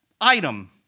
item